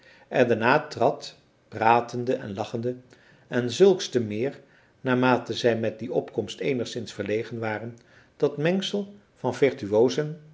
en daarna trad pratende en lachende en zulks te meer naarmate zij met die opkomst eenigszins verlegen waren dat mengsel van virtuozen